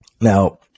Now